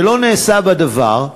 שלא נעשה בה דבר,